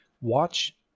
Watch